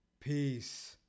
Peace